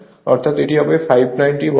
অর্থাৎ এটি হবে 590 ওয়াট